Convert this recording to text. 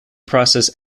process